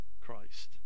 Christ